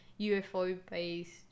UFO-based